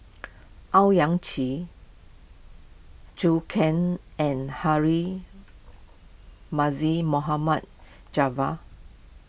Owyang Chi Zhou Can and Harry Mohammad Javad